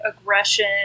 aggression